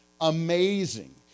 amazing